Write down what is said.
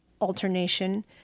alternation